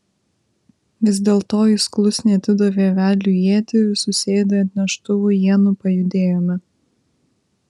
vis dėlto jis klusniai atidavė vedliui ietį ir susėdę ant neštuvų ienų pajudėjome